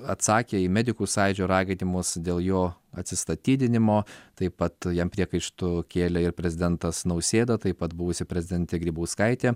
atsakė į medikų sąjūdžio raginimus dėl jo atsistatydinimo taip pat jam priekaištų kėlė ir prezidentas nausėda taip pat buvusi prezidentė grybauskaitė